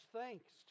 thanks